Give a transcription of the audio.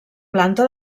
planta